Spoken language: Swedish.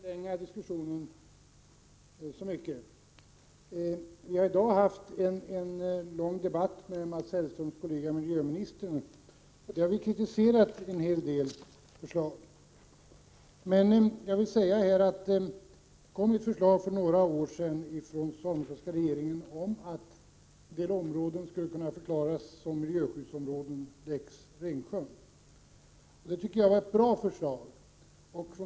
Herr talman! Jag skall inte förlänga diskussionen så mycket. Vi har i dag haft en lång debatt med Mats Hellströms kollega miljöministern. Då kritiserade vi en hel del av hennes förslag. Den socialdemokratiska regeringen framlade för några år sedan förslag om att en del områden längs Ringsjön skulle kunna förklaras som miljöskyddsområden. Det var ett bra förslag.